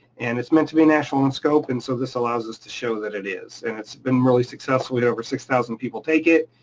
and it's meant to be national in scope, and so this allows us to show that it is. and it's been really successful, we had over six thousand people take it,